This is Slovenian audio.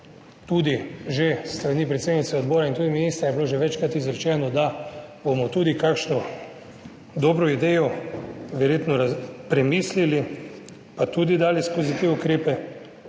tudi že s strani predsednice odbora in ministra je bilo že večkrat izrečeno, da bomo tudi kakšno dobro idejo verjetno premislili pa tudi dali skozi te ukrepe,